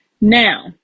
Now